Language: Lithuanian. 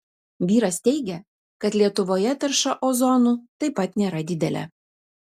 vyras teigia kad lietuvoje tarša ozonu taip pat nėra didelė